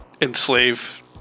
enslave